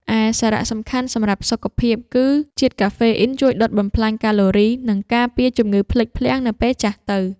ឯសារៈសំខាន់សម្រាប់សុខភាព គឺជាតិកាហ្វេអ៊ីនជួយដុតបំផ្លាញកាឡូរី និងការពារជំងឺភ្លេចភ្លាំងនៅពេលចាស់ទៅ។